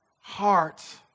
heart